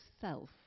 self